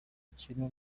kintu